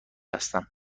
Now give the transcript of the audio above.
هستم